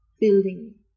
building